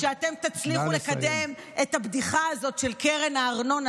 לא יקרה מצב שאתם תצליחו לקדם את הבדיחה הזאת של קרן הארנונה,